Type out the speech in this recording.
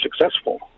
successful